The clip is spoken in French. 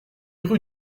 rue